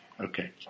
Okay